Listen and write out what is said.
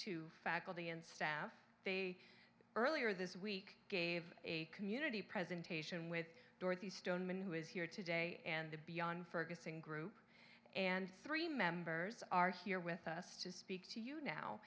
to faculty and staff the earlier this week gave a community presentation with dorothy stoneman who is here today and the beyond ferguson group and three members are here with us to speak to you now